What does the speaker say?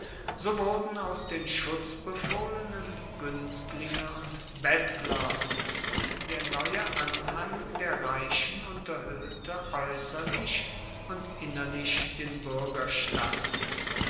so wurden aus den schutzbefohlenen guenstlinge und bettler und der neue anhang der reichen unterhoehlte aeusserlich und innerlich den buergerstand